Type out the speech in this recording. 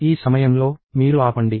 ఈ సమయంలో మీరు ఆపండి